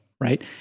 right